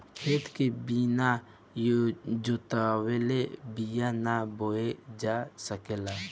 खेत के बिना जोतवले बिया ना बोअल जा सकेला